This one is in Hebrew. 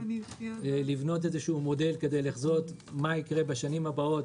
לבנות מודל כדי לחזות מה יקרה בשנים הבאות,